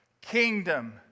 kingdom